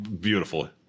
Beautiful